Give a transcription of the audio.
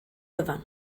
gyfan